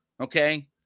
okay